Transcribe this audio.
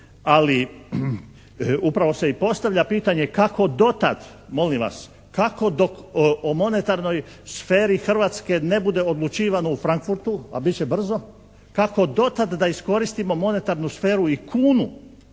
ali upravo se i postavlja pitanje kako do tad, molim vas, kako dok o monetarnoj sferi Hrvatske ne bude odlučivano u Frankfurtu, a bit će brzo, kako do tad da iskoristimo monetarnu sferu i kunu